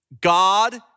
God